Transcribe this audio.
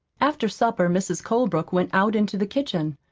after supper mrs. colebrook went out into the kitchen.